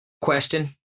Question